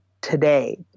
today